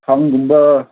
ꯐꯥꯟꯒꯨꯝꯕ